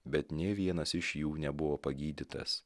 bet nei vienas iš jų nebuvo pagydytas